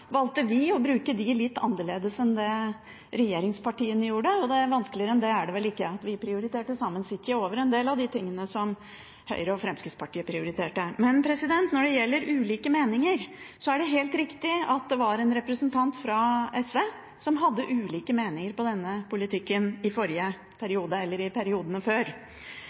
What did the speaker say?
valgte vi å bruke dem litt annerledes enn det regjeringspartiene gjorde. Vanskeligere enn det er det vel ikke. Vi prioriterte Saemien Sijte over en del av de tingene som Høyre og Fremskrittspartiet prioriterte. Men når det gjelder ulike meninger, er det helt riktig at det var en representant fra SV som hadde ulike meninger om denne politikken i forrige periode, eller i periodene før,